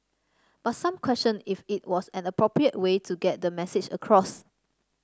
but some questioned if it was an appropriate way to get the message across